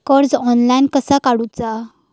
कर्ज ऑनलाइन कसा काडूचा?